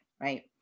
right